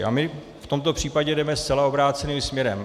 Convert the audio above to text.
A my v tomto případě jdeme zcela obráceným směrem.